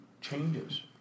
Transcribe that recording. changes